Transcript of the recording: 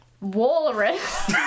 walrus